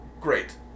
great